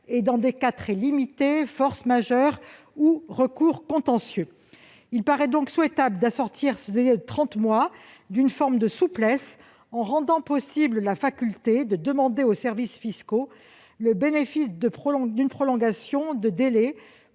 et dans des cas très limités : force majeure ou recours contentieux. Il paraît donc souhaitable d'assortir ce délai de trente mois d'une forme de souplesse en ouvrant aux contribuables la faculté de demander aux services fiscaux le bénéfice d'une prolongation de délai